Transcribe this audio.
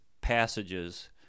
passages